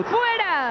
fuera